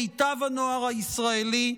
מיטב הנוער הישראלי,